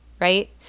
right